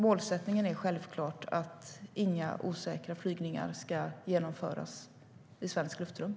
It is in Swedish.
Målsättningen är självklart att inga osäkra flygningar ska genomföras i svenskt luftrum.